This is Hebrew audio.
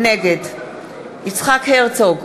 נגד יצחק הרצוג,